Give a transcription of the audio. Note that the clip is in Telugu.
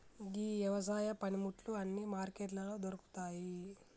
గీ యవసాయ పనిముట్లు అన్నీ మార్కెట్లలో దొరుకుతాయి